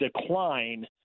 decline